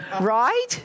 right